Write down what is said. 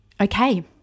Okay